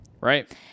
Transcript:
Right